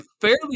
fairly